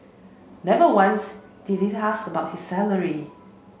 never once did he ask about his salary